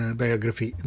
biography